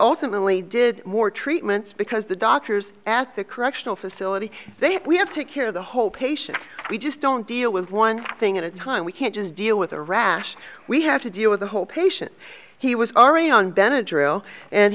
ultimately did more treatments because the doctors at the correctional facility they have we have to take care of the whole patient we just don't deal with one thing at a time we can't just deal with a rash we have to deal with the whole patient he was already on